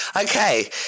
Okay